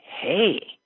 hey